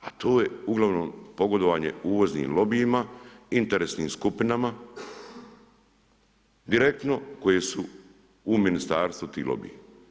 A to je uglavnom pogodovanje uvoznim lobijima, interesnim skupinama, direktno koje su u ministarstvu ti lobiji.